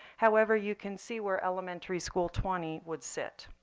however, you can see where elementary school twenty would sit.